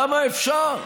כמה אפשר?